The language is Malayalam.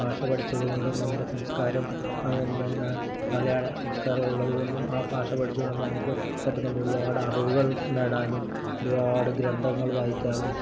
ഭാഷ പഠിച്ചതുകൊണ്ട് നമ്മുടെ സംസ്കാരം പിന്നെ മലയാളം സംസ്കാരമുള്ളതുകൊണ്ടും ആ ഭാഷ പഠിച്ചതുകൊണ്ടും നമുക്ക് പറ്റുന്നുണ്ട് ഒരുപാട് അറിവുകൾ നേടാനും ഒരുപാട് ഗ്രന്ഥങ്ങൾ വായിക്കാനും